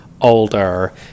older